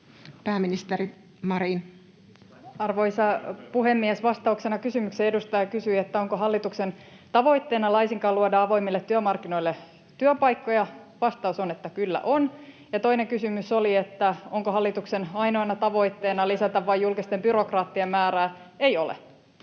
Pääministeri Marin. Arvoisa puhemies! Vastauksena kysymykseen, kun edustaja kysyi, onko hallituksen tavoitteena laisinkaan luoda avoimille työmarkkinoille työpaikkoja: vastaus on, että kyllä on. Toinen kysymys oli, onko hallituksen ainoana tavoitteena lisätä vain julkisten byrokraattien määrää. Ei ole.